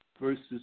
versus